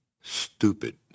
stupid